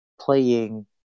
playing